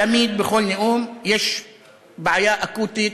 תמיד, בכל נאום, יש בעיה אקוטית